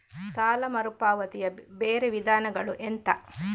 ಸಾಲ ಮರುಪಾವತಿಯ ಬೇರೆ ವಿಧಾನಗಳು ಎಂತ?